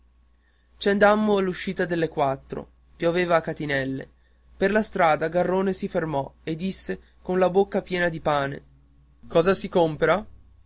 ci andammo all'uscita delle quattro pioveva a catinelle per la strada garrone si fermò e disse con la bocca piena di pane cosa si compera